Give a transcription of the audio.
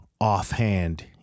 offhand